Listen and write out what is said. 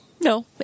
No